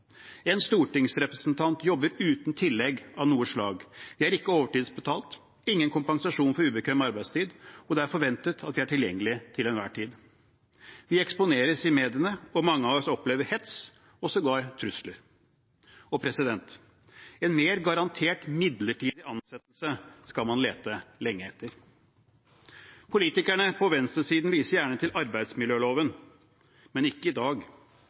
En stortingsrepresentant jobber uten tillegg av noe slag. Man har ikke overtidsbetalt, man har ingen kompensasjon for ubekvem arbeidstid, og det er forventet at man er tilgjengelig til enhver tid. Vi eksponeres i mediene, og mange av oss opplever hets og sågar trusler. En mer garantert midlertidig ansettelse skal man også lete lenge etter. Politikerne på venstresiden viser gjerne til arbeidsmiljøloven, men ikke i dag.